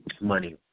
money